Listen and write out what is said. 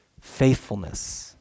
Faithfulness